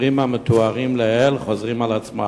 המקרים המתוארים לעיל חוזרים על עצמם.